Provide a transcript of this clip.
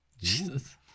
Jesus